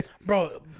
bro